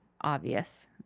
obvious